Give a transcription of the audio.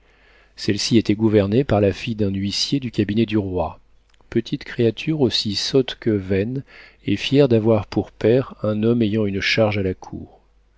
celles-ci étaient gouvernées par la fille d'un huissier du cabinet du roi petite créature aussi sotte que vaine et fière d'avoir pour père un homme ayant une charge à la cour